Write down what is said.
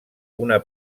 una